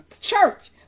church